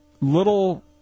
Little